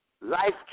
life